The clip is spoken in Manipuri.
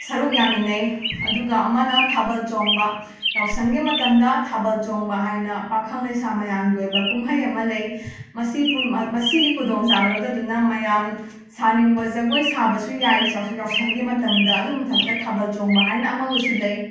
ꯁꯔꯨꯛ ꯌꯥꯃꯤꯟꯅꯩ ꯑꯗꯨꯒ ꯑꯃꯅ ꯊꯥꯕꯜ ꯆꯣꯡꯕ ꯌꯥꯎꯁꯪꯒꯤ ꯃꯇꯝꯗ ꯊꯥꯕꯜ ꯆꯣꯡꯕ ꯍꯥꯏꯅ ꯄꯥꯈꯪ ꯂꯩꯁꯥ ꯃꯌꯥꯝꯒꯤ ꯑꯣꯏꯕ ꯀꯨꯝꯍꯩ ꯑꯃ ꯂꯩ ꯃꯁꯤ ꯄꯨꯟ ꯃꯁꯤꯒꯤ ꯈꯨꯗꯣꯡꯆꯥꯕ ꯂꯧꯖꯗꯨꯅ ꯃꯌꯥꯝ ꯁꯥꯅꯤꯡꯕ ꯖꯒꯣꯏ ꯁꯥꯕꯁꯨ ꯌꯥꯏ ꯆꯥꯎ ꯌꯥꯎꯁꯪꯒꯤ ꯃꯇꯝꯗ ꯑꯗꯨꯒꯤ ꯃꯊꯛꯇ ꯊꯥꯕꯜ ꯆꯣꯡꯕ ꯍꯥꯏꯅ ꯑꯃꯒꯁꯨ ꯂꯩ